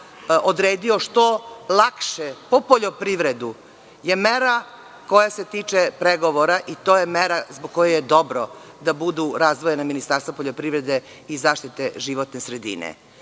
odredio što lakše po poljoprivredu je mera koja se tiče pregovora i to je mera zbog koje je dobro da budu razdvojena ministarstva poljoprivrede i zaštite životne sredine. Nadam